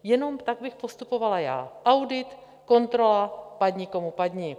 Jenom tak bych postupovala já: audit, kontrola, padni, komu padni.